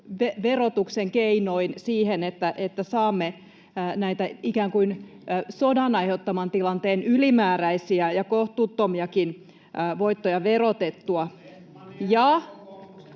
verotuksen keinoin siihen, että saamme näitä ikään kuin sodan aiheuttaman tilanteen ylimääräisiä ja kohtuuttomiakin voittoja verotettua.